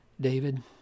David